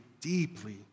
deeply